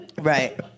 Right